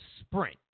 Sprint